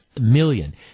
million